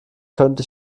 könnte